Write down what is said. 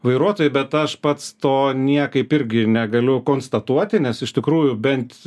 vairuotojai bet aš pats to niekaip irgi negaliu konstatuoti nes iš tikrųjų bent